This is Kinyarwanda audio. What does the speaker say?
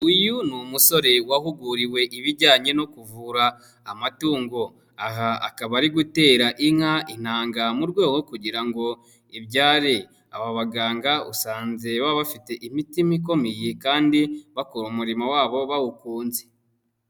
Uyu ni umusore wahuguriwe ibijyanye no kuvura amatungo, aha akaba ari gutera inka intanga mu rwego rwo kugira ngo ibyare, aba baganga usanze baba bafite imitima ikomeye kandi bakora umurimo wabo bawukunze.